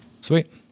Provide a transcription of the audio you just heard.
Sweet